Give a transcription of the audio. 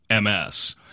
MS